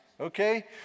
okay